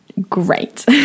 great